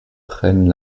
prennent